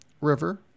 River